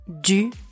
du